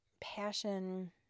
passion